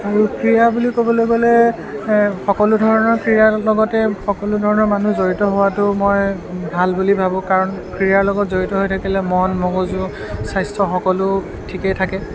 আৰু ক্ৰীড়া বুলি ক'বলৈ গ'লে সকলো ধৰণৰ ক্ৰীড়াৰ লগতে সকলো ধৰণৰ মানুহ জড়িত হোৱাতো মই ভাল বুলি ভাবোঁ কাৰণ ক্ৰীড়াৰ লগত জড়িত হৈ থাকিলে মন মগজু স্বাস্থ্য সকলো ঠিকে থাকে